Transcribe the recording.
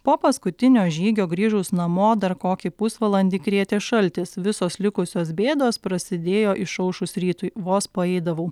po paskutinio žygio grįžus namo dar kokį pusvalandį krėtė šaltis visos likusios bėdos prasidėjo išaušus rytui vos paeidavau